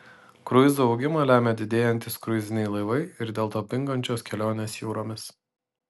kruizų augimą lemia didėjantys kruiziniai laivai ir dėl to pingančios kelionės jūromis